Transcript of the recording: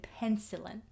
penicillin